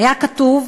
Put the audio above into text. היה כתוב: